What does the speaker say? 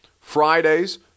Fridays